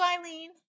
Eileen